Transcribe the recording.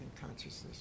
consciousness